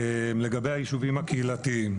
לגבי היישובים הקהילתיים.